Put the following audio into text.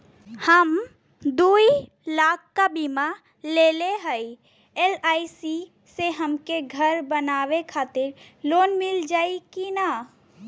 हम दूलाख क बीमा लेले हई एल.आई.सी से हमके घर बनवावे खातिर लोन मिल जाई कि ना?